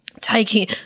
taking